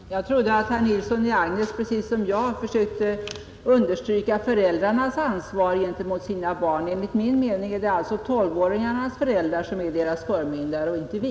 Herr talman! Jag trodde att herr Nilsson i Agnäs precis som jag försökte understryka föräldrarnas ansvar gentemot sina barn. Enligt min mening är det alltså 12-åringarnas föräldrar som är deras förmyndare och inte vi.